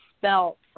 spelt